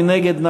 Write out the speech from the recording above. מי נגד?